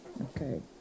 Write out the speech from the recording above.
Okay